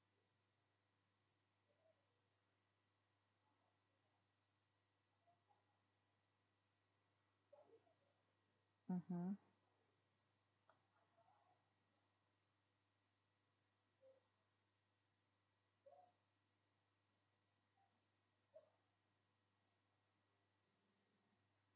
mmhmm